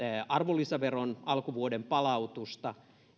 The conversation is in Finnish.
arvonlisäveron palautusta